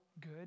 good